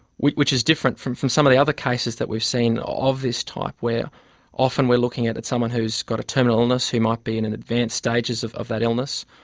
which which is different from from some of the other cases that we've seen of this type, where often we're looking at at someone who's got a terminal illness who might be in and advanced stages of of that illness,